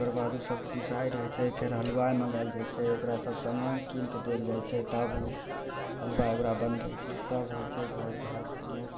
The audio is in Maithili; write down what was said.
ओकरबाद सब डिसाइड होइ छै फेर हलुआइ मँगाएल जाइ छै ओकरा सब समान किनिके देल जाइ छै तब ओ हलुआइ ओकरा बनबै छै तब होइ छै भोज भात फल्लाँ चिल्लाँ